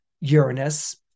Uranus